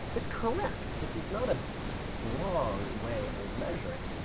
it's correct. it's it's not a wrong way of measuring.